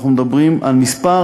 אנחנו מדברים על כמה